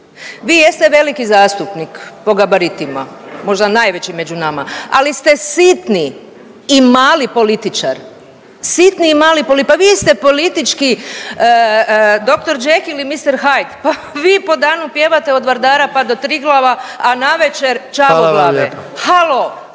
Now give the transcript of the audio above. Vi jeste veliki zastupnik po gabaritima, možda najveći među nama, ali ste sitni i mali političar, sitni i mali političar. Pa vi ste politički dr Jekyll ili mr Hyde, pa vi po danu pjevate od Vardara pa do Triglava, a navečer Čavoglave